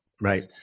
Right